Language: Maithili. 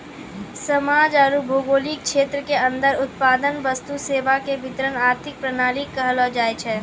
समाज आरू भौगोलिक क्षेत्र के अन्दर उत्पादन वस्तु सेवा के वितरण आर्थिक प्रणाली कहलो जायछै